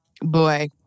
boy